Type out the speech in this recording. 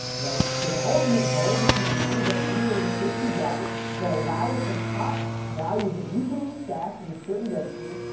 right. so the ultimate goal to keep in mind, is that we want to be able to create some gadgets that allow us to pop values that we put on the stack into and certain registers,